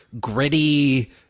gritty